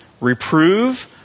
Reprove